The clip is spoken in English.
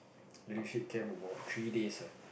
leadership camp about three days ah